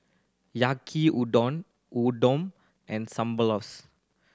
Yaki Udon Udon and